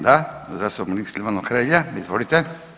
Da, zastupnik Silvano Hrelja, izvolite.